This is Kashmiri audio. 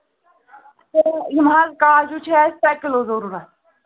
تہٕ یِم حظ کاجوٗ چھِ اَسہِ شےٚ کِلوٗ ضٔروٗرت